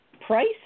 Price